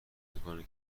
میکنه